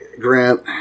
Grant